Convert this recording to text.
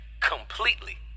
completely